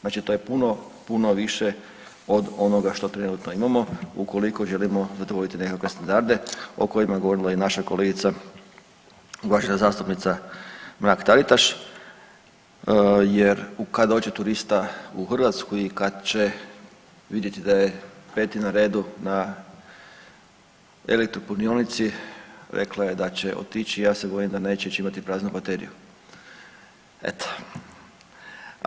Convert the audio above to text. Znači to je puno, puno više od onoga što trenutno imamo ukoliko želimo zadovoljiti nekakve standarde o kojima je govorila i naša kolegica, uvažena zastupnica Mrak Taritaš jer kad dođe turista u Hrvatsku i kad će vidjeti da je 5 na redu na elektropunionici rekla je da će otići, ja se bojim da neće jer će imati praznu bateriju, eto.